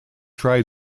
tried